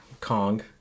Kong